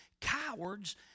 cowards